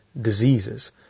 diseases